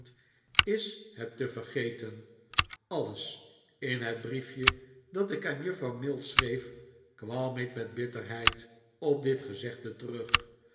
is het te vergeten alles in het briefje dat ik aan juffrouw mills schreef kwam ik met bitterheid op dit gezegde terug